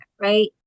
right